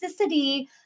toxicity